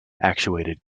actuated